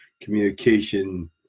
communication